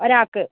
ഒരാൾക്ക്